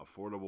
affordable